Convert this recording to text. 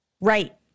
Right